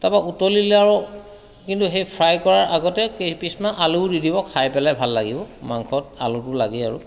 তাৰপৰা উতলিলে আৰু কিন্তু সেই ফ্ৰাই কৰা আগতে কেইপিচমান আলুও দি দিব খাই ভাল লাগিব মাংসত আলুটো লাগেই আৰু